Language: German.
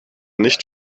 nicht